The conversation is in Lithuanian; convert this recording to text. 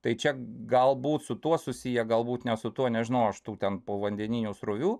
tai čia galbūt su tuo susiję galbūt ne su tuo nežinojau aš tų ten povandeninių srovių